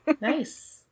nice